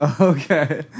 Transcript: okay